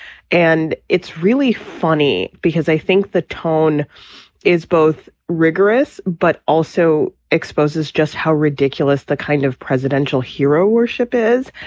and it's really funny because i think the tone is both rigorous, but also exposes just how ridiculous the kind of presidential hero worship is.